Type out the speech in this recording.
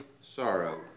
sorrow